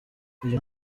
uyu